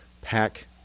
pack